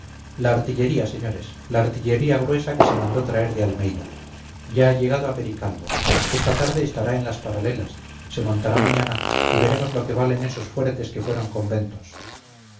la artillería señores la artillería gruesa que se mandó traer de almeida ya ha llegado a pericalbo esta tarde estará en las paralelas se montará mañana y veremos lo que valen esos fuertes que fueron conventos